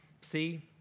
See